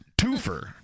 twofer